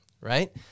right